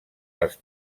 les